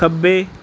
ਖੱਬੇ